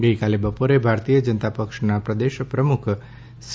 ગઇકાલે બપોરે ભારતીય જનતા પક્ષના પ્રદેશ પ્રમુખ સી